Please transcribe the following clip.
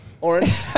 Orange